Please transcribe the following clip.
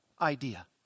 idea